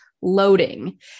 loading